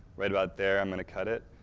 right about there, i'm going to cut it.